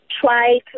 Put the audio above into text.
try